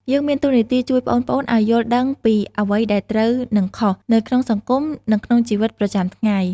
យើងមានតួនាទីជួយប្អូនៗឲ្យយល់ដឹងពីអ្វីដែលត្រូវ និងខុស នៅក្នុងសង្គម និងក្នុងជីវិតប្រចាំថ្ងៃ។